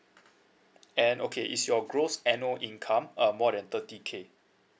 and okay is your gross annual income uh more than thirty Kincentivis